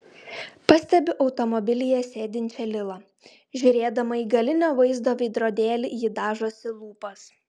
pastebiu automobilyje sėdinčią lilą žiūrėdama į galinio vaizdo veidrodėlį ji dažosi lūpas